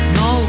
no